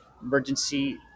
emergency